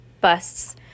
busts